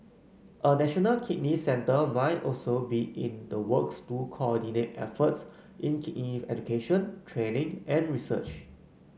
a national kidney centre might also be in the works to coordinate efforts in kidney education training and research